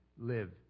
live